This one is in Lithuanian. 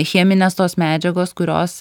cheminės tos medžiagos kurios